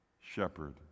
shepherd